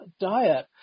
diet